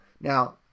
Now